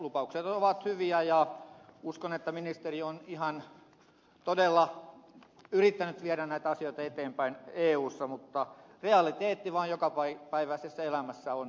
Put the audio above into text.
lupaukset ovat hyviä ja uskon että ministeri on ihan todella yrittänyt viedä näitä asioita eteenpäin eussa mutta realiteetti vaan on jokapäiväisessä elämässä valitettavaa tuolla provinssissa